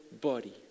body